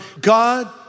God